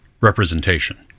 representation